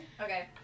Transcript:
okay